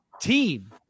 team